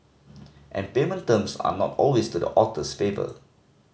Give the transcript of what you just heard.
and payment terms are not always to the author's favour